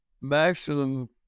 maximum